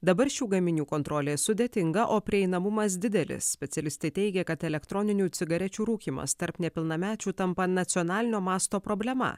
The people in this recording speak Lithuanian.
dabar šių gaminių kontrolė sudėtinga o prieinamumas didelis specialistai teigia kad elektroninių cigarečių rūkymas tarp nepilnamečių tampa nacionalinio masto problema